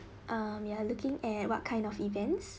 um you are looking at what kind of events